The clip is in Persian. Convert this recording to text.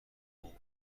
اون